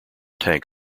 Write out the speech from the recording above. tank